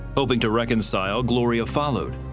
hoping to reconcile, gloria followed.